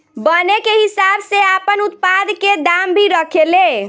बने के हिसाब से आपन उत्पाद के दाम भी रखे ले